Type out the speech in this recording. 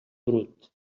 brut